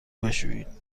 بشویید